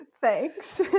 thanks